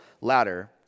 ladder